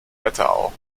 wetterau